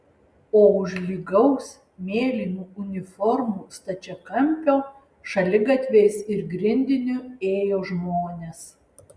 o už lygaus mėlynų uniformų stačiakampio šaligatviais ir grindiniu ėjo žmonės